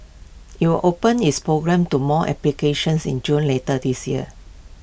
IT will open its program to more applications in June later this year